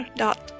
dot